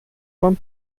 von